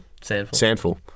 Sandful